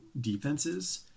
defenses